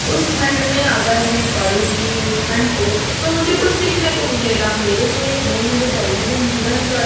उस खंड में अगर मैं पढ़ूँगी उस खंड को तो मुझे कुछ सीखने को मिलेगा मेरे मैं मेरे दैनिक जीवन पर